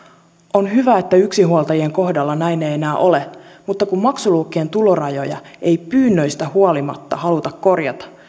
on hyvä että yksinhuoltajien kohdalla näin ei enää ole mutta kun maksuluokkien tulorajoja ei pyynnöistä huolimatta haluta korjata